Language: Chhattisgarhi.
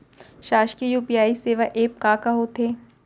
शासकीय यू.पी.आई सेवा एप का का होथे?